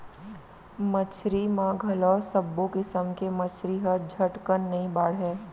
मछरी म घलौ सब्बो किसम के मछरी ह झटकन नइ बाढ़य